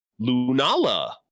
Lunala